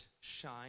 shine